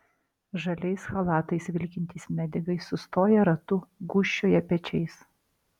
žaliais chalatais vilkintys medikai sustoję ratu gūžčioja pečiais